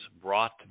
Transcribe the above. brought